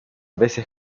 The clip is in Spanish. veces